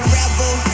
rebel